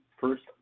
first